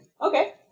Okay